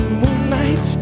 moonlight